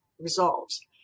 results